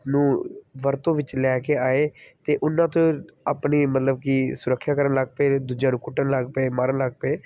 ਨੂੰ ਵਰਤੋਂ ਵਿੱਚ ਲੈ ਕੇ ਆਏ ਅਤੇ ਉਨ੍ਹਾਂ ਤੋਂ ਆਪਣੀ ਮਤਲਬ ਕੀ ਸੁਰੱਖਿਆ ਕਰਨ ਲੱਗ ਪਏ ਦੂਜਿਆਂ ਨੂੰ ਕੁੱਟਣ ਲੱਗ ਪਏ ਮਾਰਨ ਲੱਗ ਪਏ